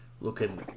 looking